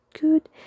good